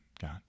God